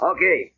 Okay